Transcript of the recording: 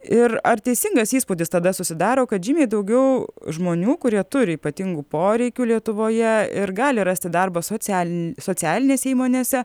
ir ar teisingas įspūdis tada susidaro kad žymiai daugiau žmonių kurie turi ypatingų poreikių lietuvoje ir gali rasti darbą socialin socialinėse įmonėse